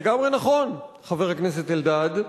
זה לגמרי נכון, חבר הכנסת אלדד,